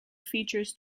features